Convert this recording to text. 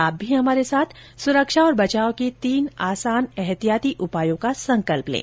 आप भी हमारे साथ सुरक्षा और बचाव के तीन आसान एहतियाती उपायों का संकल्प लें